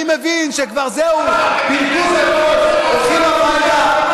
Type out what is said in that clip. אני מבין שכבר זהו, ביטלו את הכול, הולכים הביתה.